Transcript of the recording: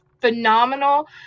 phenomenal